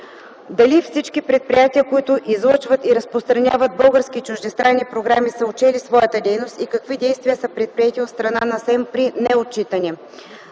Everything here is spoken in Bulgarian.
дали всички предприятия, които излъчват и разпространяват български и чуждестранни програми, са отчели своята дейност и какви действия са предприети от страна на СЕМ при неотчитане.